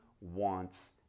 wants